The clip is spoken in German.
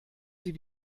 sie